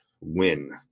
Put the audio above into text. win